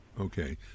Okay